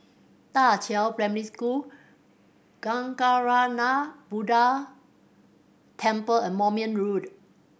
Da Qiao Primary School Kancanarama Buddha Temple and Moulmein Road